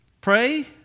pray